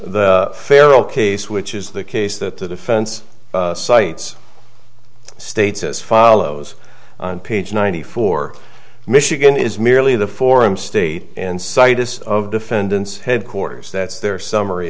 the farrel case which is the case that the defense sites states as follows on page ninety four michigan is merely the forum state in situs of defendant's headquarters that's their summary